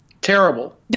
Terrible